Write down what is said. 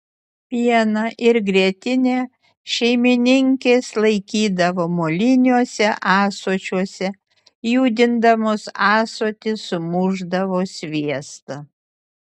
pieną ir grietinę šeimininkės laikydavo moliniuose ąsočiuose judindamos ąsotį sumušdavo sviestą